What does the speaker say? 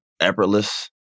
effortless